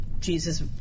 Jesus